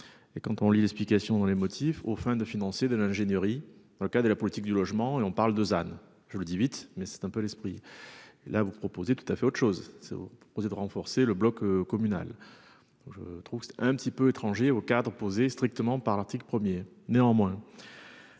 Et quand on lit l'explication dans les motifs aux fins de financer de l'ingénierie dans le cas de la politique du logement et on parle de Anne je le 18 mai, c'est un peu l'esprit. Là vous proposer tout à fait autre chose. On de renforcer le bloc communal. Je trouve que c'est un petit peu étranger au Cadre posé strictement par l'article 1er néanmoins.